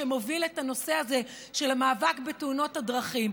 שמוביל את הנושא הזה של המאבק בתאונות הדרכים.